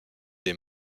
des